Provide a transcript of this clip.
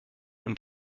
und